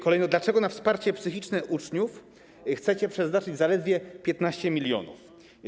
Kolejna kwestia: Dlaczego na wsparcie psychiczne uczniów chcecie przeznaczyć zaledwie 15 mln zł?